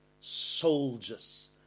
Soldiers